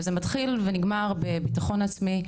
וזה מתחיל ונגמר בביטחון עצמי,